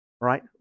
right